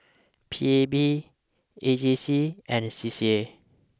P A B A J C and C C A